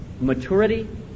maturity